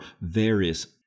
various